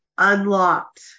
unlocked